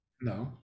No